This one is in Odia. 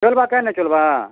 ଚଲ୍ବା କାଏଁ ନେଇ ଚଲ୍ବା